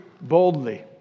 boldly